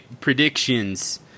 predictions